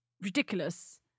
ridiculous